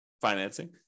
financing